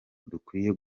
dukwiye